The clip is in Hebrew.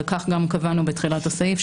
וכך גם קבענו בתחילת הסעיף,